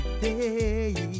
day